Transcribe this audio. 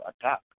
attack